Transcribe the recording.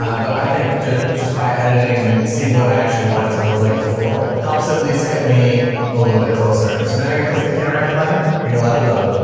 um but i think just just by editing and seeing what i actually want it to look like before helps at least get me a little bit closer. so now you're going to click the panorama button and you'll let it load.